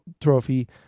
trophy